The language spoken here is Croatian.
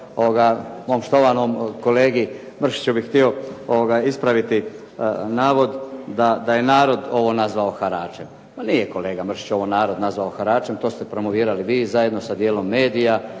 evo, mom štovanom kolegi Mršiću bih htio ispraviti navod da je narod ovo nazvao haračem. Nije kolega Mršić narod ovo nazvao haračem, to ste promovirali vi zajedno sa djelom medija